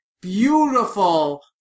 Beautiful